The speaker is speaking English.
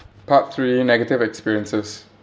part three negative experiences